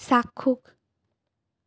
চাক্ষুষ